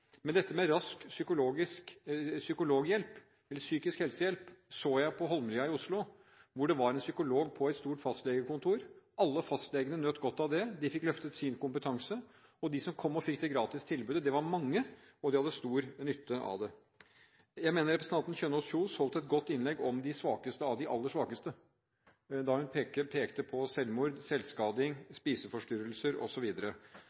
dette med rask psykisk helsehjelp så jeg på Holmlia i Oslo, hvor det var en psykolog på et stort fastlegekontor. Alle fastlegene nøt godt av det. De fikk løftet sin kompetanse, og de som kom og fikk det gratis tilbudet – det var mange – hadde stor nytte av det. Jeg mener at representanten Kjønaas Kjos holdt et godt innlegg om de svakeste av de aller svakeste da hun pekte på selvmord,